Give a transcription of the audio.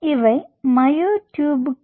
இவை மயோட்யூப்கள்